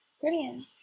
Brilliant